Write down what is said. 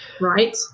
Right